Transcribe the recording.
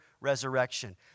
resurrection